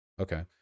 Okay